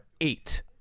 eight